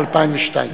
זה התחיל ב-2002.